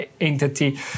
entity